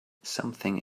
something